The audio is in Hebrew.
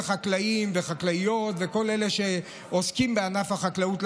חקלאים וחקלאיות וכל אלה שעוסקים בענף החקלאות,